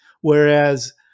Whereas